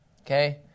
okay